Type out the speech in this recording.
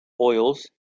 oils